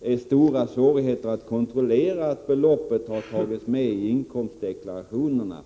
mycket svårt att kontrollera att beloppen har tagits med i inkomstdeklarationerna.